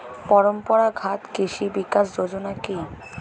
পরম্পরা ঘাত কৃষি বিকাশ যোজনা কি?